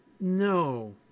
No